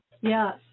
Yes